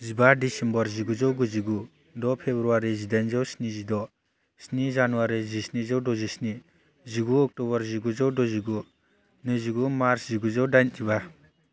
जिबा डिसेम्बर जिगुजौ गुजिगु द' फेब्रुवारि जिदाइनजौ स्निजिद' स्नि जानुवारि जिस्निजौ द'जिस्नि जिगु अक्ट'बर जिगुजौ द'जिगु नैजिगु मार्च जिगुजौ दाइनजिबा